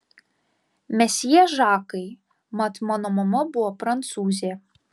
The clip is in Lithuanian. mesjė žakai mat mano mama buvo prancūzė